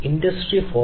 industry 4